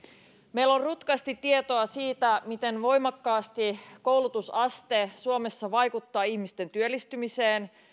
meillä on rutkasti tietoa siitä miten voimakkaasti koulutusaste suomessa vaikuttaa ihmisten työllistymiseen